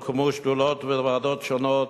הוקמו שדולות וועדות שונות,